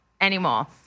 anymore